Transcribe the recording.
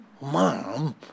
Mom